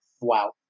wow